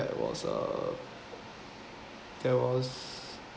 that was a that was